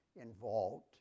involved